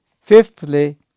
Fifthly